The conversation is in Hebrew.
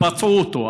ופצעו אותו.